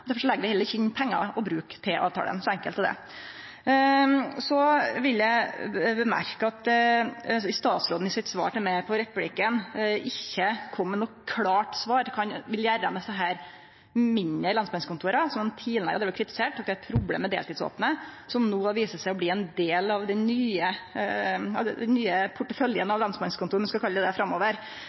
legg vi heller ikkje inn pengar å bruke på avtalen. Så vil eg seie at statsråden i sitt svar til meg i replikken ikkje kom med noko klart svar på kva han vil gjere med desse mindre lensmannskontora han tidlegare har kritisert for at det er eit problem at dei er deltidsopne, som no viser seg å bli ein del av den nye porteføljen av lensmannskontor framover, om vi skal kalle det